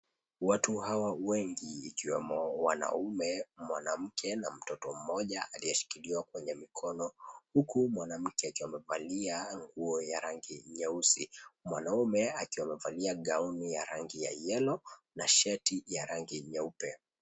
Watu hawa wengi ikiwemo wanaume, mwanamke na mtoto mmoja aliyeshikiliwa kwenye mkono, huku mwanamke akiwa amevalia nguo ya rangi nyeusi. Mwanaume akiwa amevalia gauni ya rangi ya yellow na shati ya rangi nyeupe.